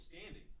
standing